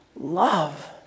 love